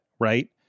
right